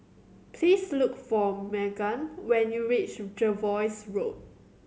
please look for Magan when you reach Jervois Road